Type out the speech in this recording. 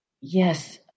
Yes